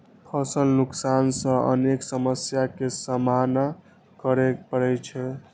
फसल नुकसान सं अनेक समस्या के सामना करै पड़ै छै